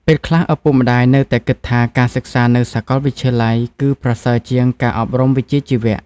ពេលខ្លះ ឪពុកម្តាយនៅតែគិតថាការសិក្សានៅសាកលវិទ្យាល័យគឺប្រសើរជាងការអប់រំវិជ្ជាជីវៈ។